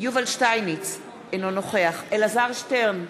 יובל שטייניץ, אינו נוכח אלעזר שטרן,